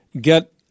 get